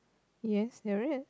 yes there is